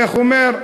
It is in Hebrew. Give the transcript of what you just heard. איך אומר?